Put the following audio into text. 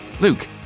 Luke